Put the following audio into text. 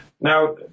Now